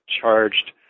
charged